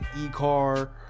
e-car